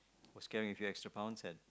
was carrying a few extra pounds had